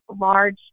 large